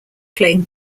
playing